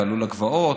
תעלו לגבעות,